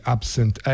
Absent